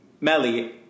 Melly